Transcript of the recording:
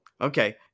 Okay